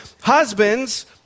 husbands